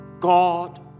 god